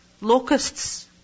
locusts